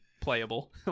playable